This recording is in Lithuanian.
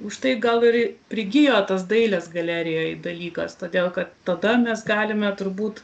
užtai gal ir prigijo tas dailės galerijoje dalykas todėl kad tada mes galime turbūt